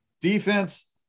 defense